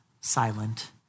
silent